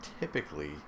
typically